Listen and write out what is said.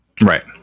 Right